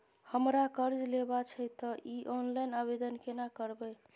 हमरा कर्ज लेबा छै त इ ऑनलाइन आवेदन केना करबै?